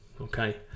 okay